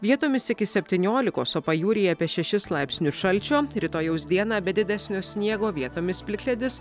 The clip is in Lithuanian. vietomis iki septyniolikos o pajūryje apie šešis laipsnius šalčio rytojaus dieną be didesnio sniego vietomis plikledis